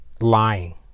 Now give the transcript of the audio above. Lying